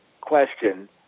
question